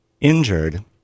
injured